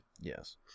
Yes